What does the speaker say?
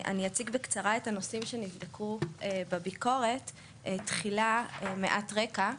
אני אציג בקצרה את הנושאים שנבדקו בביקורת תחילה מעט רקע: